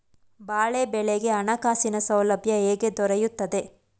ಬಾಳೆ ಬೆಳೆಗೆ ಹಣಕಾಸಿನ ಸೌಲಭ್ಯ ಹೇಗೆ ದೊರೆಯುತ್ತದೆ?